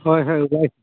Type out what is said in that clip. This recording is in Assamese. হয় হয় ৰাইট